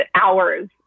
hours